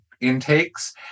intakes